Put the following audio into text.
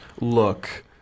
look